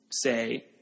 say